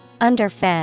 underfed